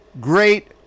great